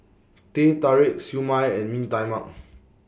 Teh Tarik Siew Mai and Mee Tai Mak